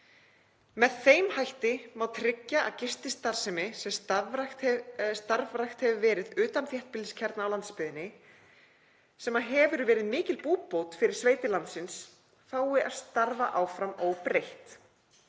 Með þeim hætti má tryggja að gististarfsemi sem starfrækt hefur verið utan þéttbýliskjarna á landsbyggðinni, sem verið hefur mikil búbót fyrir sveitir landsins, fái að starfa áfram óbreytt.